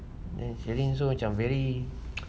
then sheryn also macam very